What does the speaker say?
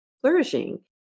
flourishing